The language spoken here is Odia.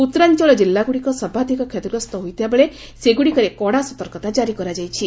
ଉତ୍ତରାଞ୍ଚଳ ଜିଲ୍ଲାଗୁଡ଼ିକ ସର୍ବାଧିକ କ୍ଷତିଗ୍ରସ୍ତ ହୋଇଥିବାବେଳେ ସେଗୁଡ଼ିକରେ କଡ଼ା ସତର୍କତା କାରି କରାଯାଇଛି